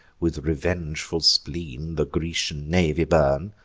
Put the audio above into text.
with revengeful spleen, the grecian navy burn,